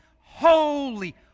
holy